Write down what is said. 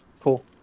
Cool